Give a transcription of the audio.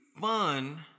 fun